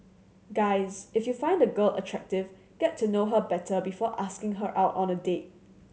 guys if you find a girl attractive get to know her better before asking her out on a date